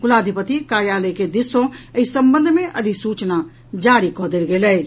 कुलाधिपति कार्यालय के दिस सॅ एहि संबंध मे अधिसूचना जारी कऽ देल गेल अछि